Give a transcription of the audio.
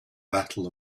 battle